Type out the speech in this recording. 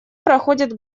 проходит